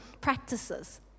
practices